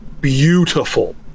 beautiful